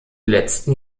letzten